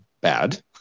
bad